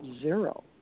zero